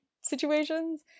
situations